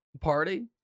Party